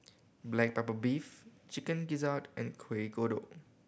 black pepper beef Chicken Gizzard and Kuih Kodok